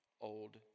old